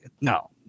No